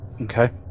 Okay